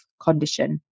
condition